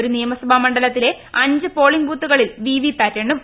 ഒരു നിയമസഭാ മണ്ഡലത്തിലെ അഞ്ച് പോളിംഗ് ബൂത്തുകളിൽ വിവിപാറ്റ് എണ്ണും